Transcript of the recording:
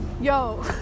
Yo